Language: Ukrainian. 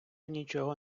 нічого